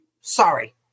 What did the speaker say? sorry